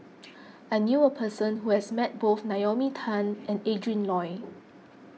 I knew a person who has met both Naomi Tan and Adrin Loi